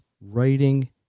writing